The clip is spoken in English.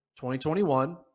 2021